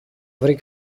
βρει